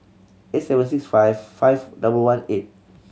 eight seven six five five double one eight